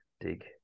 Dig